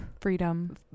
freedom